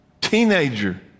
teenager